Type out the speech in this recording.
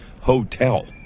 hotel